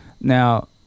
Now